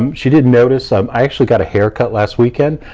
um she didn't notice, um i actually got a haircut last weekend.